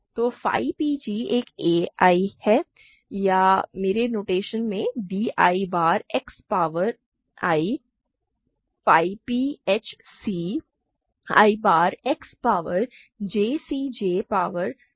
तोphi p g एक a i है या मेरे नोटेशन में b i bar X power I phi p h c i bar X power j c j bar X power j है